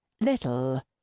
Little